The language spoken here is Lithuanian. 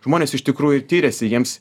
žmonės iš tikrųjų tiriasi jiems